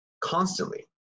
constantly